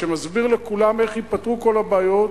שמסביר לכולם איך ייפתרו כל הבעיות,